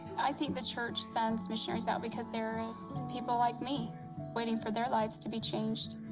i think the church sends missionaries out because there is people like me waiting for their lives to be changed.